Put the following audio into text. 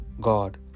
God